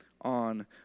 on